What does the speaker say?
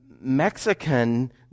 Mexican